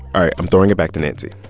i'm throwing it back to nancy